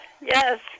Yes